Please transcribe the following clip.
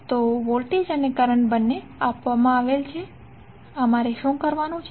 તો વોલ્ટેજ અને કરંટ બંને આપવામાં આવેલ છે આપણે શું કરવાનું છે